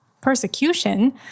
Persecution